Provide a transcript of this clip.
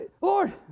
Lord